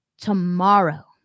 tomorrow